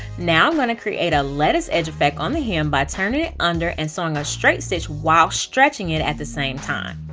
now, i'm going to create a lettuce edge effect on the hem by turning it under and sewing a straight stitch while stretching it at the same time.